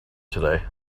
today